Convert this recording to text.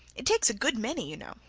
it takes a good many, you know.